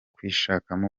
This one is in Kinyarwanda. kwishakamo